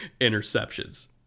interceptions